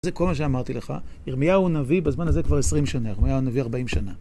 זה כל מה שאמרתי לך, ירמיהו נביא בזמן הזה כבר 20 שנה, ירמיהו נביא 40 שנה.